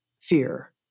fear